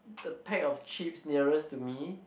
the pack of chips nearest to me